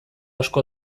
asko